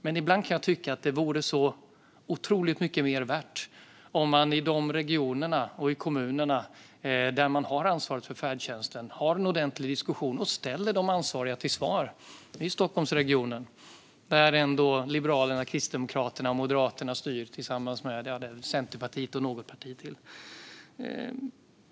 Men ibland kan jag tycka att det vore otroligt mycket mer värt om man i regionerna och kommunerna, där man har ansvaret för färdtjänsten, hade en ordentlig diskussion och ställde de ansvariga till svars. Det gäller Stockholmsregionen, där ändå Liberalerna, Kristdemokraterna och Moderaterna styr tillsammans med Centerpartiet och något parti till.